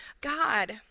God